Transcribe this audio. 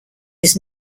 his